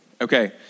Okay